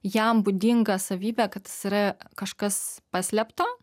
jam būdingą savybę kad jis yra kažkas paslėpta